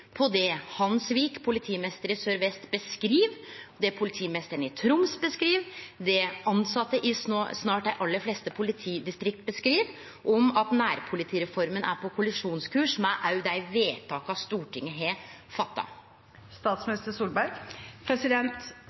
på det Hans Vik, politimeister i Sør-Vest, beskriv, det politimeisteren i Troms beskriv, det dei tilsette i snart dei aller fleste politidistrikta beskriv – at nærpolitireforma er på kollisjonskurs med dei vedtaka Stortinget har